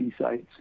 sites